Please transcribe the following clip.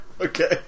Okay